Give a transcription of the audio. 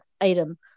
item